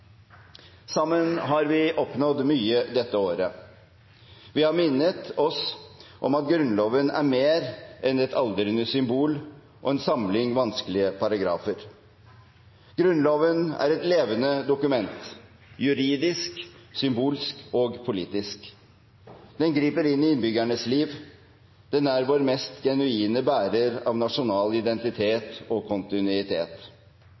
Sammen har vi oppnådd mye dette året. Vi har minnet oss selv om at Grunnloven er mer enn et aldrende symbol og en samling vanskelige paragrafer. Grunnloven er et levende dokument – juridisk, symbolsk og politisk. Den griper inn i innbyggernes liv. Den er vår mest genuine bærer av nasjonal